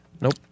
Nope